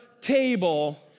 table